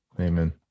Amen